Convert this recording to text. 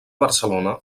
barcelona